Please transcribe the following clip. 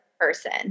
person